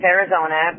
Arizona